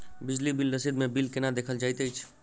बिजली बिल रसीद मे बिल केना देखल जाइत अछि?